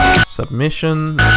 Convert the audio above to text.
Submission